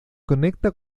conecta